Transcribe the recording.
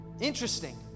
Interesting